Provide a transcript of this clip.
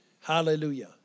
Hallelujah